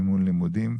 מימון לימודים,